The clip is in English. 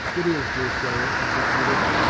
it is, deerslayer, answered judith,